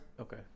Okay